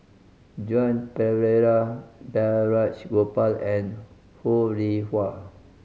Joan Pereira Balraj Gopal and Ho Rih Hwa